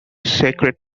sacred